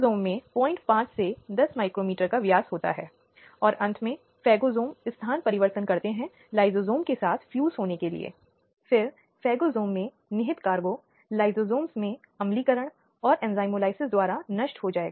जैसा कि हमने अपने पिछले व्याख्यानों में कहा है जो कि बहुत ही मूल अधिकार में से एक है जो किसी भी व्यक्ति के लिए कानून के तहत आवश्यक निवारण के लिए होना चाहिए